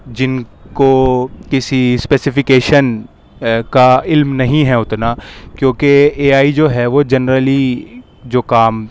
جن کو کسی اسپیفِکیشن کا علم نہیں ہے اتنا کیونکہ اے آئی جو ہے وہ جنرلی جو کام